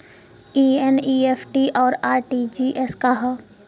ई एन.ई.एफ.टी और आर.टी.जी.एस का ह?